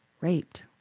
Raped